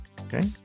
Okay